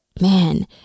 Man